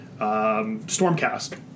Stormcast